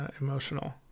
emotional